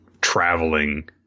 traveling